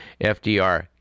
FDR